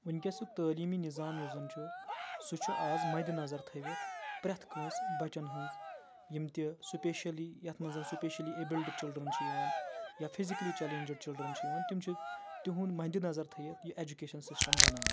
وٕنکیٚسُک تٲلیٖمی نِظام یُس زَن چھُ سُہ چھُ آز مَدِ نَظر تھٲوِتھ پرٛؠتھ کٲنٛسہِ بَچَن ہٕنٛز یِم تہِ سُپیشلی یَتھ منٛز سُپیشلی ایٚبِلڈ چِلڈرَن چھِ یِوَان یا فِزِکلی چَلینجڈ چلڈرَن چھِ یِوَان تِم چھِ تِہُنٛد مَن منٛدِ نظر تھٲیِتھ یہِ ایٚجوکیشَن سِسٹَم بَناوان